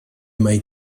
mai